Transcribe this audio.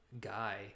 guy